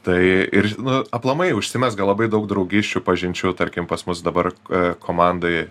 tai ir nu aplamai užsimezga labai daug draugysčių pažinčių tarkim pas mus dabar komandoj